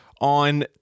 on